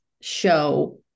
show